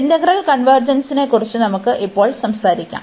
integral കൺവെർജെൻസ്നെ കുറിച്ച് നമുക്ക് ഇപ്പോൾ സംസാരിക്കാം